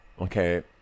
Okay